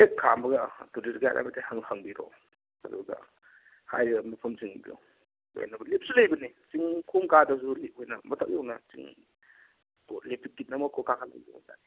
ꯍꯦꯛ ꯈꯥꯝꯕꯒ tourist guide ꯑꯃꯗ ꯍꯦꯛ ꯍꯪꯕꯤꯔꯣ ꯑꯗꯨꯒ ꯍꯥꯏꯔꯤꯕ ꯃꯐꯝꯁꯤꯡꯗꯣ ꯂꯣꯏꯅꯃꯛ ꯂꯤꯐꯁꯨ ꯂꯩꯕꯅꯤ ꯆꯤꯡꯈꯣꯡ ꯀꯥꯗ꯭ꯔꯁꯨ ꯂꯤꯐ ꯑꯣꯏꯅ ꯃꯊꯛ ꯌꯧꯅ ꯆꯤꯡ ꯀꯣꯛ ꯀꯥꯈꯠꯂ ꯌꯦꯡꯉꯣ